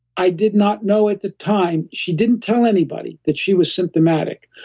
i did not know at the time, she didn't tell anybody that she was symptomatic.